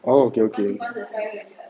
oh okay okay